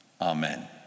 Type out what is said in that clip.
Amen